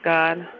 God